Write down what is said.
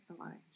aligned